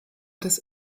des